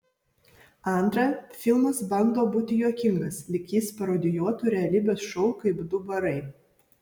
antra filmas bando būti juokingas lyg jis parodijuotų realybės šou kaip du barai